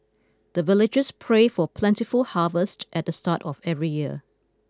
the villagers pray for plentiful harvest at the start of every year